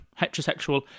heterosexual